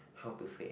how to say